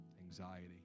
anxiety